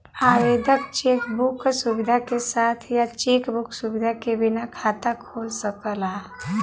आवेदक cheque book क सुविधा के साथ या चेक बुक सुविधा के बिना खाता खोल सकला